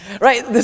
Right